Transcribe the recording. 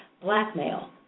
Blackmail